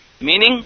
Meaning